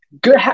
good